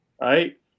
right